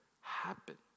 happen